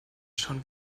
schon